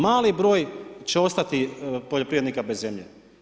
Mali broj će ostati poljoprivrednika bez zemlje.